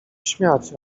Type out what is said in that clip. śmiać